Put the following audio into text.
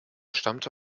stammte